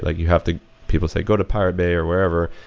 like you have to people say go to pirate bay or whatever,